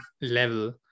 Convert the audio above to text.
level